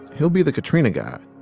he'll be the katrina guy,